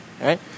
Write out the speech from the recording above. right